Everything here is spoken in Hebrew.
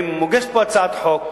חברים, מוגשת כאן הצעת חוק